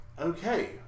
okay